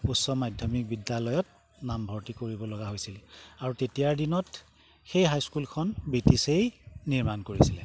উচ্চ মাধ্যমিক বিদ্যালয়ত নামভৰ্তি কৰিব লগা হৈছিল আৰু তেতিয়াৰ দিনত সেই হাইস্কুলখন ব্ৰিটিছেই নিৰ্মাণ কৰিছিলে